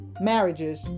marriages